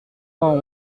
vingt